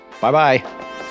Bye-bye